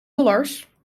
dollars